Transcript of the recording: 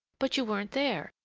but you weren't there,